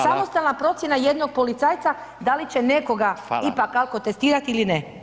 samostalna procjena jednog policajca da li će nekoga [[Upadica Radin: Hvala.]] ipak alkotestirati ili ne.